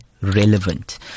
relevant